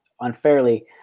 unfairly